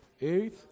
Eight